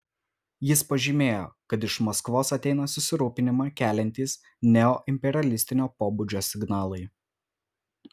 jis pažymėjo kad iš maskvos ateina susirūpinimą keliantys neoimperialistinio pobūdžio signalai